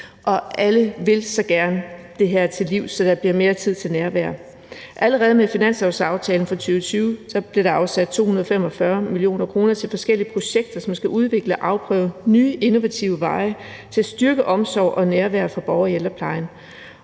og alle vil så gerne det her til livs, så der bliver mere tid til nærvær. Allerede med finanslovsaftalen for 2020 blev der afsat 245 mio. kr. til forskellige projekter, som skal udvikle og afprøve nye innovative veje til at styrke omsorg og nærvær for borgere i ældreplejen,